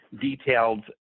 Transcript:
detailed